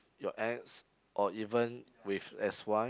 your ex or even with s_y